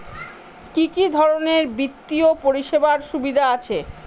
কি কি ধরনের বিত্তীয় পরিষেবার সুবিধা আছে?